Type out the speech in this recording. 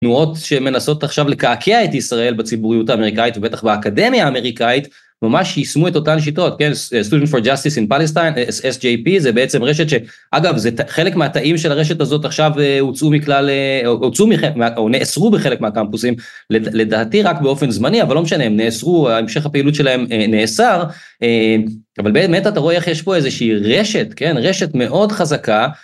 תנועות שמנסות עכשיו לקעקע את ישראל בציבוריות האמריקאית, ובטח באקדמיה האמריקאית, ממש ישמו את אותן שיטות, כן, Students for Justice in Palestine, SJP, זה בעצם רשת ש... אגב, חלק מהתאים של הרשת הזאת עכשיו הוצאו מכלל, הוצאו או נאסרו בחלק מהקמפוסים, לדעתי רק באופן זמני, אבל לא משנה, הם נאסרו, המשך הפעילות שלהם נאסר, אבל באמת אתה רואה איך יש פה איזושהי רשת, כן, רשת מאוד חזקה,